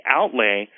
outlay